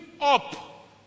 up